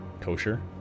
kosher